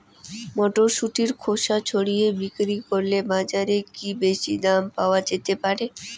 মটরশুটির খোসা ছাড়িয়ে বিক্রি করলে বাজারে কী বেশী দাম পাওয়া যেতে পারে?